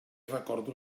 recordo